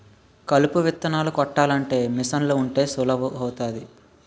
కలుపు విత్తనాలు కొట్టాలంటే మీసన్లు ఉంటే సులువు అవుతాది